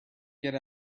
get